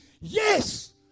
Yes